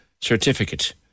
certificate